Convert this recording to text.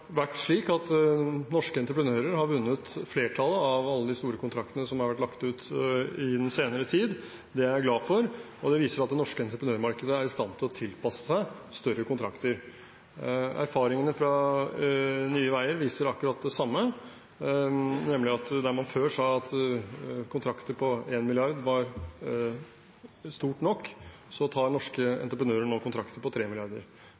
vært slik at norske entreprenører har vunnet flertallet av alle de store kontraktene som har vært lagt ut den senere tid. Det er jeg glad for. Det viser at det norske entreprenørmarkedet er i stand til å tilpasse seg større kontrakter. Erfaringene fra Nye Veier viser akkurat det samme – der man før sa at kontrakter på 1 mrd. kr var store nok, så tar norske entreprenører nå kontrakter på